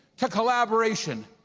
to collaboration,